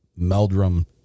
Meldrum